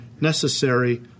necessary